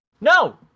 No